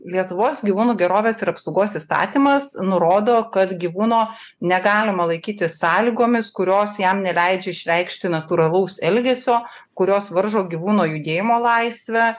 lietuvos gyvūnų gerovės ir apsaugos įstatymas nurodo kad gyvūno negalima laikyti sąlygomis kurios jam neleidžia išreikšti natūralaus elgesio kurios varžo gyvūno judėjimo laisvę